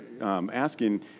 asking